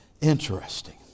Interesting